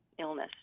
illness